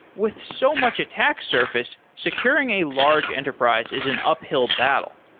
with so much attack surface, securing a large enterprise is an uphill battle.